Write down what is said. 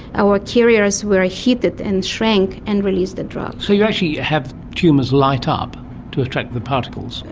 our carriers were heated and shrank and released the drug. so you actually have tumours light ah up to attract the particles?